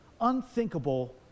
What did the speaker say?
unthinkable